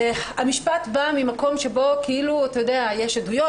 המשפט בא ממקום שבו יש עדויות,